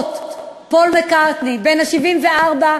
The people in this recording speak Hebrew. פול מקרטני בן ה-74,